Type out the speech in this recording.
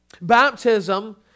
Baptism